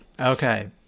Okay